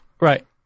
Right